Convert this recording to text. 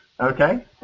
Okay